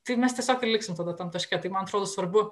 tai mes tiesiog ir liksim tada tam taške tai man atrodo svarbu